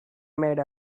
made